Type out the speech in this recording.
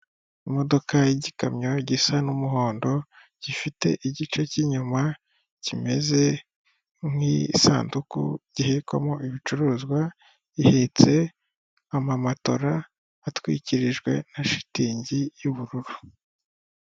Imodoka y'igikamyo gisa n'umuhondo gifite igice cy'inyuma kimeze nk'isanduku gihekwamo ibicuruzwa ihetse amamatora atwikirijwe na shitingi y'ubururu.